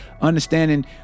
understanding